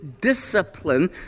discipline